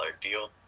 deal